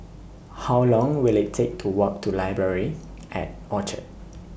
How Long Will IT Take to Walk to Library At Orchard